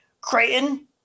Creighton